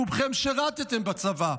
רובכם שירתם בצבא.